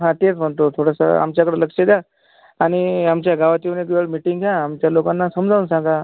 हा तेच म्हणतो थोडंसं आमच्याकडं लक्ष द्या आणि आमच्या गावात येऊन एकवेळ मिटिंग घ्या आमच्या लोकांना समजावून सांगा